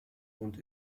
und